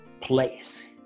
place